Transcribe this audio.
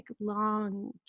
long